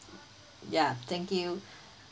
ya thank you